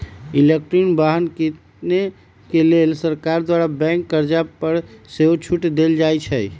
electric वाहन किने के लेल सरकार द्वारा बैंक कर्जा पर सेहो छूट देल जाइ छइ